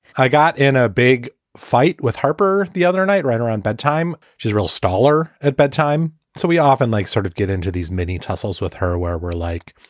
i got in a big fight with harper the other night right around bedtime. she's real staller at bedtime. so we often like sort of get into these mini tussles with her where we're like,